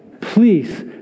Please